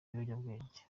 ibiyobyabwenge